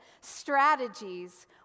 strategies